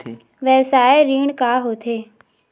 व्यवसाय ऋण का होथे?